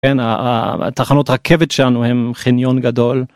התחנות רכבת שם הם חניון גדול.